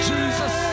Jesus